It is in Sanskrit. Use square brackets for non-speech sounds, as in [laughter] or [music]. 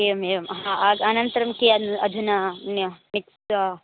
एवम् एवं अह आग अनन्तरं के अल् अधुना निय [unintelligible]